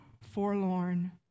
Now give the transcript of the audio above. forlorn